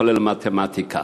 כולל מתמטיקה.